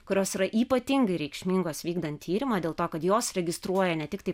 kurios yra ypatingai reikšmingos vykdant tyrimą dėl to kad jos registruoja ne tiktai